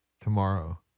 Tomorrow